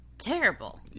Terrible